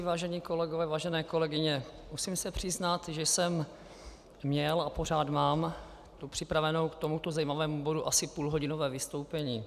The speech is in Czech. Vážení kolegové, vážení kolegyně, musím se přiznat, že jsem měl a pořád mám připraveno k tomuto zajímavému bodu asi půlhodinové vystoupení.